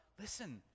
listen